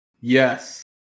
Yes